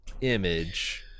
image